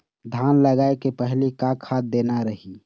धान लगाय के पहली का खाद देना रही?